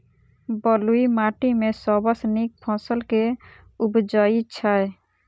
बलुई माटि मे सबसँ नीक फसल केँ उबजई छै?